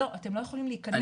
לא אתם לא יכולים להיכנס.